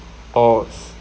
or